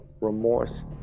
remorse